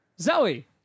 Zoe